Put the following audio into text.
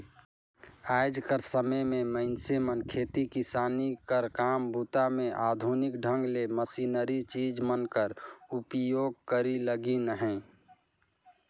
आएज कर समे मे मइनसे मन खेती किसानी कर काम बूता मे आधुनिक ढंग ले मसीनरी चीज मन कर उपियोग करे लगिन अहे